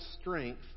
strength